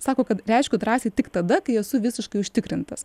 sako kad reiškiu drąsiai tik tada kai esu visiškai užtikrintas